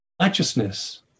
consciousness